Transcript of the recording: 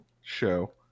show